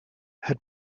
had